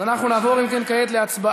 אז אנחנו נעבור, אם כן, כעת להצבעה